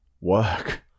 work